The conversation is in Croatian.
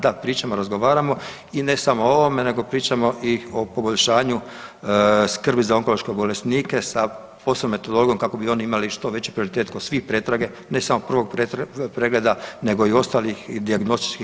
Da, pričamo, razgovaramo i ne samo o ovome pričamo i o poboljšanju skrbi za onkološke bolesnike sa posebnom metodologijom kako bi oni imali što veći prioritet kod svih pretraga, ne samo prvog pregleda nego i ostalih dijagnostičkih.